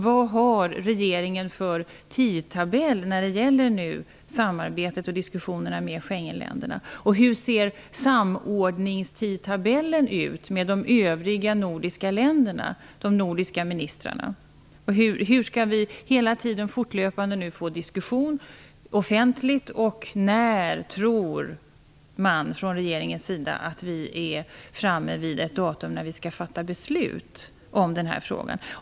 Vad har regeringen för tidtabell när det gäller samarbetet och diskussionen med Schengenländerna? Hur ser samordningstidtabellen med de övriga nordiska länderna, de nordiska ministrarna, ut? Hur skall vi fortlöpande föra diskussionen offentligt, och när tror man från regeringens sida att vi är framme vid ett datum då vi skall fatta beslut i denna fråga?